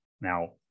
Now